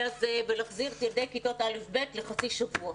הזה ולהחזיר את ילדי כיתות א'-ב' לחצי שבוע.